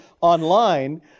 online